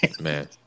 Man